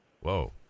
Whoa